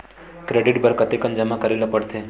Credit बर कतेकन जमा करे ल पड़थे?